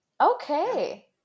okay